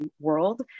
world